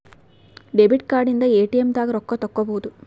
debit card ಇಂದ ATM ದಾಗ ರೊಕ್ಕ ತೆಕ್ಕೊಬೋದು